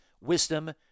wisdom